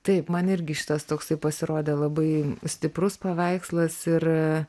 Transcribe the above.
taip man irgi šitas toksai pasirodė labai stiprus paveikslas ir